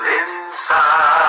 inside